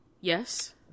Yes